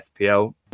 FPL